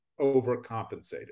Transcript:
overcompensated